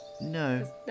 No